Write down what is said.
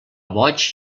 boig